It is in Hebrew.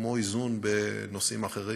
כמו איזון בנושאים אחרים,